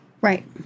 Right